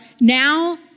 now